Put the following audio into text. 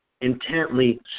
intently